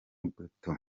gato